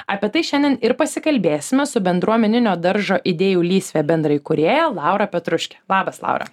apie tai šiandien ir pasikalbėsime su bendruomeninio daržo idėjų lysvė bendraįkūrėja laura petruške labas laura